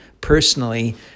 personally